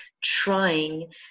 trying